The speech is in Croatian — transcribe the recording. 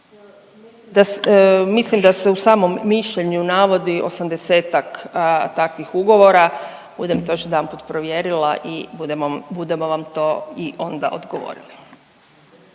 Mislim da se u samom mišljenju navodi 80-ak takvih ugovora, budem to još jedanput provjerila i budem vam i budemo vam to i onda odgovorili.